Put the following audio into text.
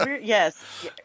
Yes